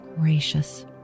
gracious